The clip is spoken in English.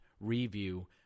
review